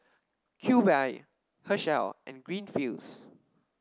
Cube I Herschel and Greenfields